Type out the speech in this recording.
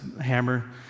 hammer